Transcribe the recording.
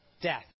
death